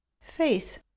Faith